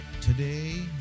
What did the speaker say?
Today